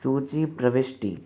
सूची प्रविष्टि